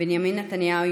בנימין נתניהו,